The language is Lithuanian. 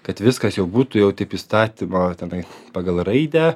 kad viskas jau būtų jau taip įstatymo tenai pagal raidę